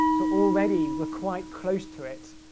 so already we're quite close to it.